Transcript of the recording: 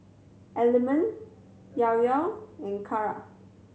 Element Llao Llao in Kara